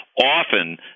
often